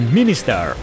Minister